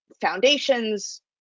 foundations